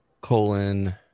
colon